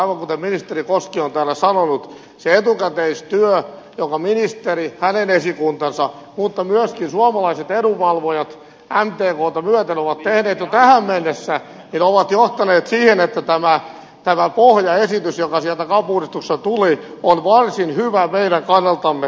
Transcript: aivan kuten ministeri koskinen on täällä sanonut se etukäteistyö jonka ministeri hänen esikuntansa mutta myöskin suomalaiset edunvalvojat mtkta myöten ovat tehneet jo tähän mennessä on johtanut siihen että tämä pohjaesitys joka sieltä cap uudistuksesta tuli on varsin hyvä meidän kannaltamme